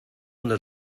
donde